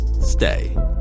Stay